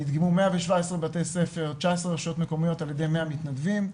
נדגמו 117 בתי ספר ב-19 רשויות מקומיות על ידי 100 מתנדבים.